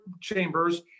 chambers